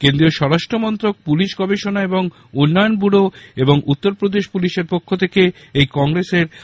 কেন্দ্রীয় স্বরাষ্ট্রমন্ত্রক পুলিশ গবেষণা এবং উন্নয়ন ব্যুরো এবং উত্তরপ্রদেশ পুলিশের পক্ষ থেকে এই কংগ্রেসের আয়োজন করা হয়েছে